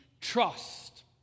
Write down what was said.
trust